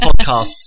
podcasts